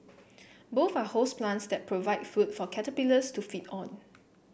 both are host plants that provide food for caterpillars to feed on